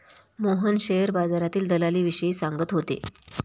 Mohan share बाजारातील दलालीविषयी सांगत होते